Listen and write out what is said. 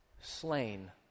slain